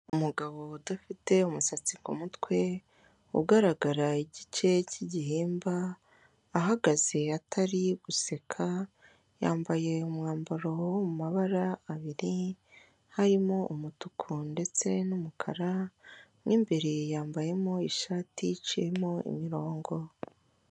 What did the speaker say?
Umugabo udafite umusatsi ku mutwe, ugaragara igice cy'igihimba, ahagaze atari guseka, yambaye umwambaro wo mu mabara abiri harimo umutuku ndetse n'umukara, mw'imbere yambayemo ishati iciyemo imirongo.